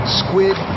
squid